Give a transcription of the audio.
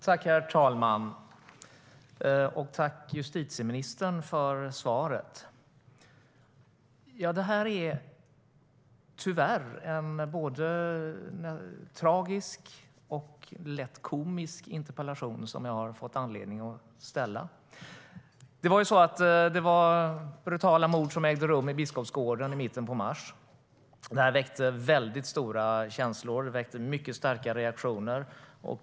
Herr talman! Tack, justitieministern, för svaret! Det här är tyvärr en både tragisk och lätt komisk interpellation som jag har fått anledning att ställa. Det var brutala mord som ägde rum i Biskopsgården i mitten av mars. Det väckte väldigt starka känslor och mycket starka reaktioner.